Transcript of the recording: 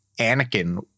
Anakin